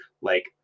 Like-